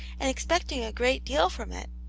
and expecting a great deal from it,